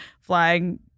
flying